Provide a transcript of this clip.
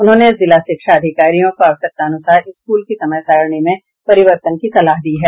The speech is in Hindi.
उन्होंने जिला शिक्षा अधिकारियों को आवश्यकतानुसार स्कूल की समय सारिणी में परिवर्तन की सलाह दी है